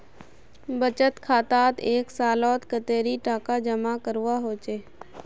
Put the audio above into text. बचत खातात एक सालोत कतेरी टका जमा करवा होचए?